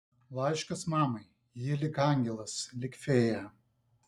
laiškas mamai ji lyg angelas lyg fėja